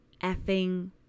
effing